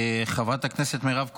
חברת הכנסת מירב כהן,